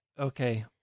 Okay